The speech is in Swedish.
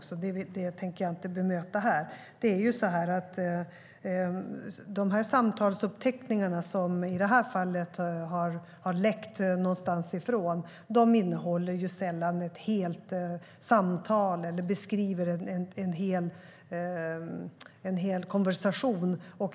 Jag vet inte vad han avsåg. Denna typ av samtalsuppteckningar, som i det här fallet har läckt någonstans ifrån, innehåller sällan ett helt samtal, beskriver sällan en hel konversation.